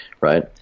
Right